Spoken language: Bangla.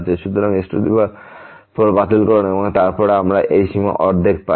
সুতরাং x4 বাতিল করুন এবং তারপর আমরা এই সীমা অর্ধেক পাই